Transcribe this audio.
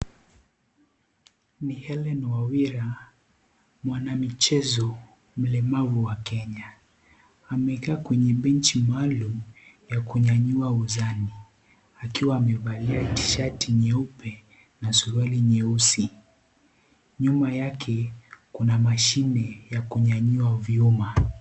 Ni Hellen Wawera, Mwanamchezo mlemavu wa Kenya . Amekaa kwenye benji maalum ya kunyanyua uzani akiwa amevalia shati nyeupe na suruali nyeusi . Nyuma yake kuna mashine ya kunyanyua vyuma.